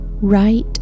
right